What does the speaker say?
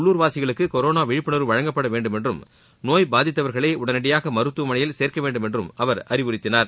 உள்ளுர்வாசிகளுக்கு corona விழிப்புணர்வு வழங்கப்பட வேண்டுமென்றும் நோய் பாதித்தவர்களை உடனடியாக மருத்துவமனையில் சேர்க்கவேண்டுமென்றும் அவர் அறிவுறுத்தினார்